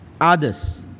others